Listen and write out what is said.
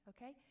Okay